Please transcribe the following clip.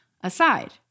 aside